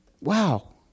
Wow